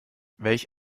welch